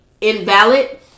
invalid